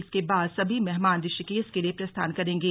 इसके बाद सभी मेहमान ऋषिकेश के लिये प्रस्थान करेंगे